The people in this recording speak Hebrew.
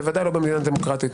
בוודאי לא במדינה דמוקרטית,